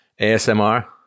ASMR